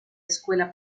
escuela